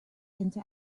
into